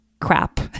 crap